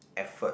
effort